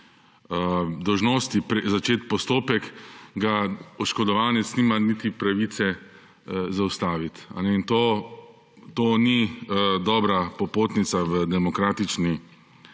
dolžnosti začeti postopek, oškodovanec nima niti pravice zaustaviti. To ni dobra popotnica v demokratični